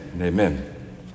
amen